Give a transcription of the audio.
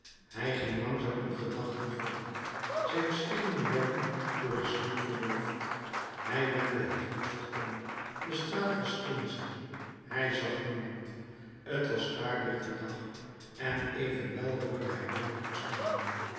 hij ging langzaam in gedachten verdiept zijn schreden werden door de sneeuw verdoofd hij wendde t hoofd om de straat was eenzaam hij zag niemand t was klaar lichte dag en evenwel hoorde hij duidelijk stemmen